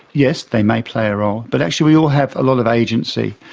yes, they may play a role, but actually we all have a lot of agency.